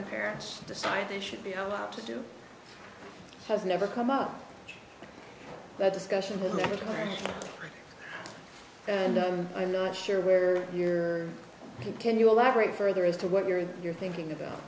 and parents decide they should be allowed to do has never come up that discussion and i'm not sure where you're can you elaborate further as to what you're you're thinking about